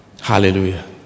Hallelujah